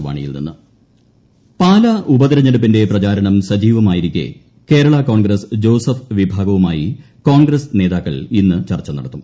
പാലാ ഉപതെരഞ്ഞെടുപ്പ് പാലാ ഉപതെരഞ്ഞെടുപ്പിന്റെ പ്രചാരണം സജീവമായിരിക്കെ കേരളാ കോൺഗ്രസ് ജോസഫ് വീഭാഗവുമായി കോൺഗ്രസ് നേതാക്കൾ ഇന്ന് ചർച്ച നടത്തും